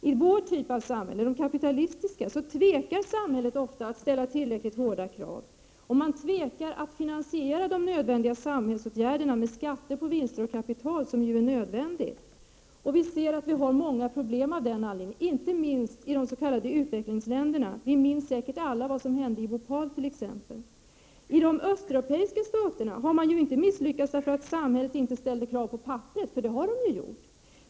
I vår typ av samhälle — den kapitalistiska typen — tvekar samhället ofta att ställa tillräckligt hårda krav. Och man tvekar att finansiera de nödvändiga samhällsåtgärderna med skatter på vinster och kapital, vilket ju är oundvikligt. Man har många problem av den anledningen, inte minst i de s.k. utvecklingsländerna. Vi minns säkert alla vad som hände i t.ex. Bhopal. I de östeuropeiska staterna har man ju inte misslyckats därför att samhället inte ställt krav på papperet — för det har man ju gjort.